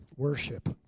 Worship